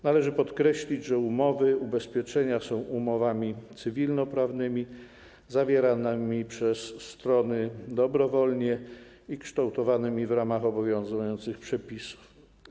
Należy podkreślić, że umowy ubezpieczenia są umowami cywilnoprawnymi zawieranymi przez strony dobrowolnie i kształtowanymi w ramach obowiązujących przepisów.